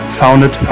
founded